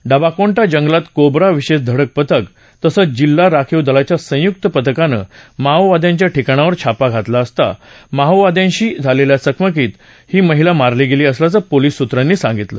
डब्बाकोंटा जंगलात कोब्रा विशेष धडक पथक तसंच जिल्हा राखीव दलाच्या संयुक्त पथकानं माओवाद्यांच्या ठिकाणावर छापा घातला असता माओवाद्यांशी झालेल्या चकमकीत ही माहिला मारली गेली असल्याचं पोलीस सुत्रांनी सांगितलं